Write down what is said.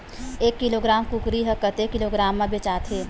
एक किलोग्राम कुकरी ह कतेक किलोग्राम म बेचाथे?